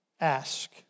Ask